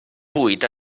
buit